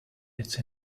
its